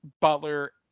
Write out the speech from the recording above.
Butler